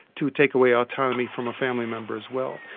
to take away autonomy from a family member as well.